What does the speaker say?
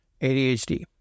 ADHD